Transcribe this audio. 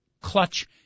clutch